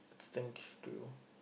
thanks to you